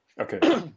Okay